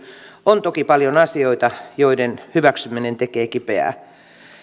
on toki paljon asioita joiden hyväksyminen tekee kipeää